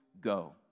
go